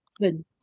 Good